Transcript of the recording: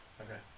Okay